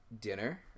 dinner